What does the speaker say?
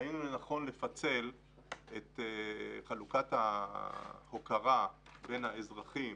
ראינו לנכון לפצל את חלוקת ההוקרה בין האזרחים